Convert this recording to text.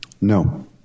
No